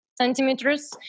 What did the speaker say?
centimeters